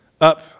up